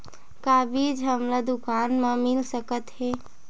का बीज हमला दुकान म मिल सकत हे?